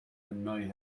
annoy